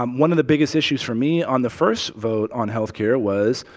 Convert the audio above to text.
um one of the biggest issues for me on the first vote on health care was,